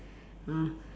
ah